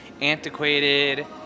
antiquated